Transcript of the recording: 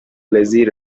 lazy